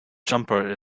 jumper